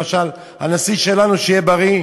למשל, הנשיא שלנו, שיהיה בריא,